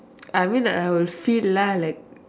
I mean like I will feel lah like